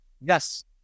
yes